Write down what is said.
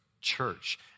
Church